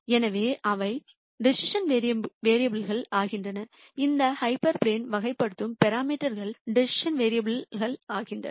எனவே அவை decision variable கள் ஆகின்றன இந்த ஹைப்பர் ப்ளேன்ங்களை வகைப்படுத்தும் பராமீட்டர் க்கள் டிசிசன் வேரியபுல் கள் ஆகின்றன